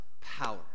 power